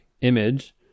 image